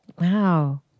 Wow